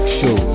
show